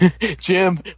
Jim